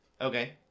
Okay